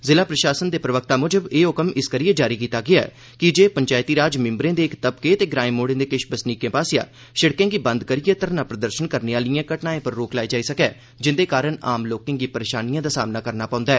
जिला प्रशासन दे प्रवक्ता मुजब ए आदेश इस करियै जारी कीता गेया ऐ कीजे पंचैती राज मिम्बरे दे इक्क तबके ते ग्राएं मोहड़े दे किश बसनीकें पास्सेया शिड़कें गी बंद करियै धरना प्रदर्शन करने आहिलयें घटनाएं पर रोक लाई जाई सके जिन्दे कारण लोकें गी परेशानियें दा सामना करना पौंदा ऐ